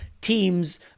teams